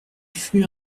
fut